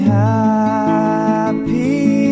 happy